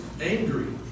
angry